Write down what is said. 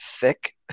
thick